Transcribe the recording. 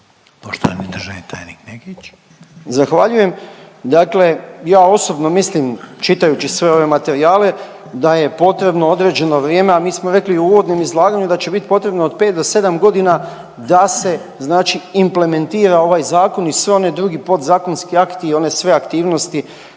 Poštovani državni tajnik Nekić. **Nekić, Darko** Zahvaljujem. Dakle, ja osobno mislim čitajući sve ove materijale da je potrebno određeno vrijeme, a mi smo rekli u uvodnom izlaganju da će bit potrebno od pet do sedam godina da se implementira ovaj zakon i sve oni drugi podzakonski akti i one sve aktivnosti